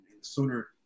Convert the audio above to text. sooner